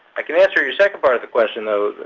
i can answer your second part of the question though.